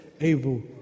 able